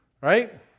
right